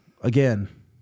again